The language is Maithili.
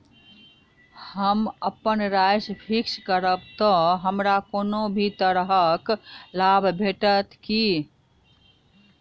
हम अप्पन राशि फिक्स्ड करब तऽ हमरा कोनो भी तरहक लाभ भेटत की?